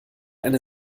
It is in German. eine